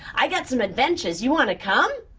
i got some adventures, you wanna come?